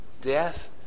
death